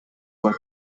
were